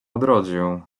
odrodził